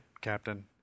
Captain